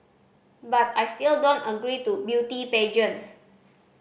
but I still don't agree to beauty pageants